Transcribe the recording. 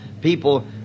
people